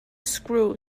screw